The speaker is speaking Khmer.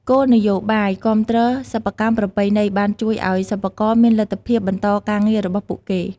គោលនយោបាយគាំទ្រសិប្បកម្មប្រពៃណីបានជួយឱ្យសិប្បករមានលទ្ធភាពបន្តការងាររបស់ពួកគេ។